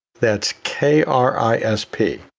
that's k r i s p.